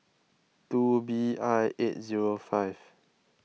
two B I eight zero five